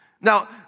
Now